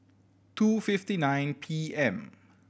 two fifty nine P M